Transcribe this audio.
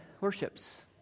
worships